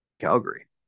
Calgary